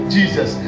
Jesus